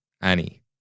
annie